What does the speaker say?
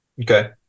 Okay